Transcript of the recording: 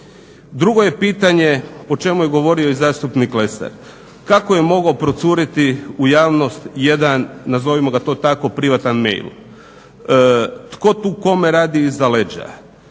Drugo je pitanje, o čemu je govorio i zastupnik Lesar. Kako je mogao procuriti u javnost jedan, nazovimo ga to tako, privatan mail? Tko tu kome radi iza lađa,